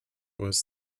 was